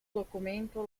documento